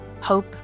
hope